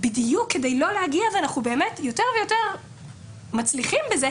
בדיוק כדי לא להגיע לפספוסים ואנחנו יותר ויותר מצליחים בכך.